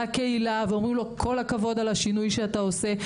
הקהילה שאומרים לו כל הכבוד על השינוי שהוא עושה,